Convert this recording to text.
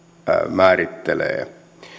määrittelee